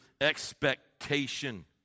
expectation